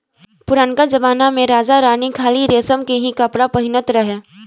पुरनका जमना में राजा रानी खाली रेशम के ही कपड़ा पहिनत रहे